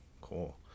cool